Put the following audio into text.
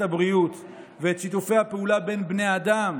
הבריאות ואת שיתופי הפעולה בין בני האדם